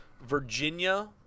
Virginia